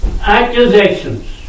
accusations